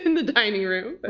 and the dining room.